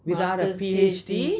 without a P_H_D